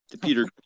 Peter